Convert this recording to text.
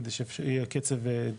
כדי שיהיה קצב,